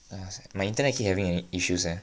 ya sia my internet keep having i~ issues leh